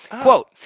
Quote